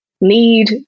need